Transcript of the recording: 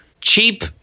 Cheap